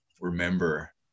remember